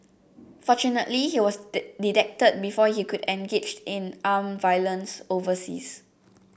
fortunately he was detected before he could engage in armed violence overseas